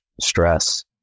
stress